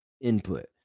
input